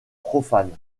profanes